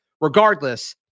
regardless